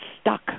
stuck